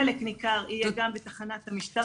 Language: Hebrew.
חלק ניכר יהיה גם בתחנת המשטרה.